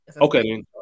Okay